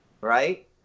right